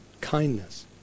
kindness